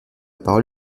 parole